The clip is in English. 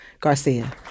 Garcia